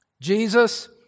Jesus